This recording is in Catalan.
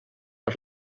per